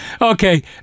Okay